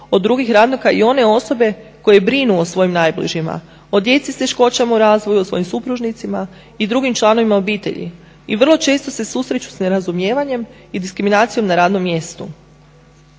od drugih radnika i one osobe koje brinu o svojim najbližima, o djeci s teškoćama u razvoju, o svojim supružnicima i drugim članovima obitelji i vrlo često se susreću s nerazumijevanjem i diskriminacijom na radnom mjestu.